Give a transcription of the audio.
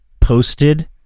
posted